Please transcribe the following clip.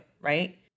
right